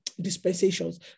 Dispensations